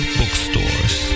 bookstores